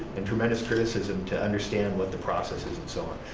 and tremendous criticism to understand what the process is and so on.